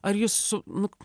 ar jis su nu